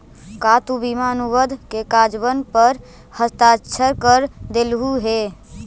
का तु बीमा अनुबंध के कागजबन पर हस्ताक्षरकर देलहुं हे?